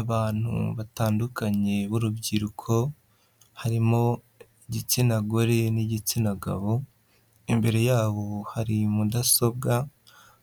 Abantu batandukanye b'urubyiruko, harimo igitsina gore n'igitsina gabo, imbere yabo hari mudasobwa,